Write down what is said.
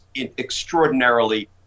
extraordinarily